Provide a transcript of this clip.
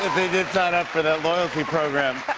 they did sign up for that loyalty program.